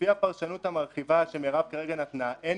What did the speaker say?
לפי הפרשנות המרחיבה שמרב כרגע נתנה אין